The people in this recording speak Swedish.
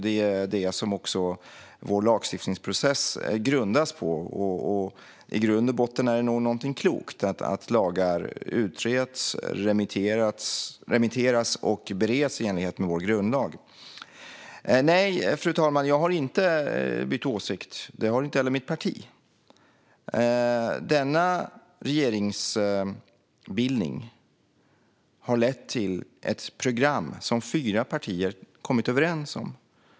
Det är också detta som vår lagstiftningsprocess grundas på, och i grund och botten är det nog klokt att lagar utreds, remitteras och bereds i enlighet med vår grundlag. Nej, fru talman, jag har inte bytt åsikt, och det har heller inte mitt parti. Regeringsbildningen har lett till ett program som fyra partier har kommit överens om.